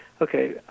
Okay